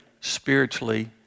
spiritually